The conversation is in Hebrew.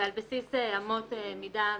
ועל בסיס אמות מידה מקצועיות.